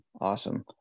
Awesome